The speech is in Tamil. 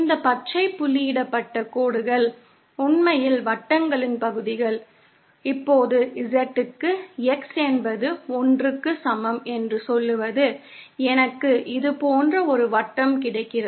இந்த பச்சை புள்ளியிடப்பட்ட கோடுகள் உண்மையில் வட்டங்களின் பகுதிகள் இப்போது Z க்கு x என்பது 1 க்கு சமம் என்று சொல்வது எனக்கு இது போன்ற ஒரு வட்டம் கிடைக்கிறது